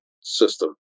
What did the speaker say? system